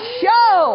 show